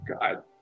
God